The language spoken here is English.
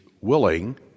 willing